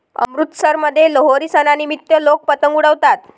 अमृतसरमध्ये लोहरी सणानिमित्त लोक पतंग उडवतात